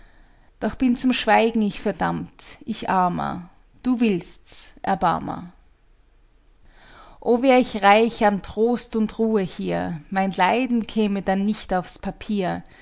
doch bin zum schweigen ich verdammt ich armer du willst's erbarmer o wär ich reich an trost und ruhe hier mein leiden käme dann nicht auf's papier